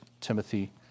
Timothy